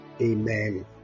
amen